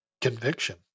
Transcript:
conviction